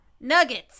nuggets